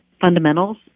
fundamentals